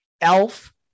Elf